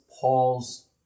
Paul's